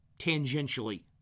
tangentially